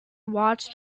watched